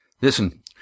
Listen